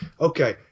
okay